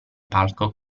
palco